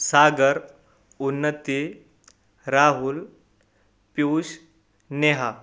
Sagar Unnati Rahul Piyush Neha